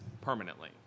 permanently